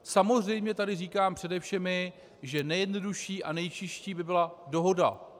Samozřejmě tady říkám přede všemi, že nejjednodušší a nejčistší by byla dohoda.